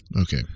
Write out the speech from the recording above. Okay